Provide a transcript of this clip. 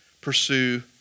pursue